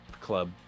club